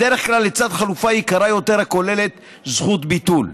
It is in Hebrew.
בדרך כלל לצד חלופה יקרה יותר הכוללת זכות ביטול.